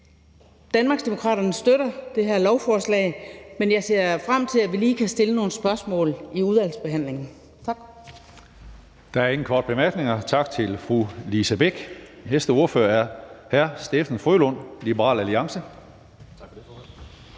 Danmarksdemokraterne støtter det her lovforslag, men jeg ser frem til, at vi lige kan stille nogle spørgsmål i udvalgsbehandlingen. Tak. Kl. 13:50 Tredje næstformand (Karsten Hønge): Der er ingen korte bemærkninger. Tak til fru Lise Bech. Næste ordfører er hr. Steffen W. Frølund, Liberal Alliance. Kl. 13:50 (Ordfører)